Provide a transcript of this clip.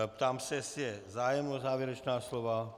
Ptám se, jestli je zájem o závěrečná slova.